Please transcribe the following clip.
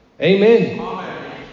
Amen